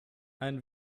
ein